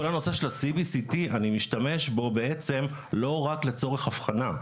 כל הנושא של ה-CBCT אני בעצם משתמש בו לא רק לצורך הבחנה,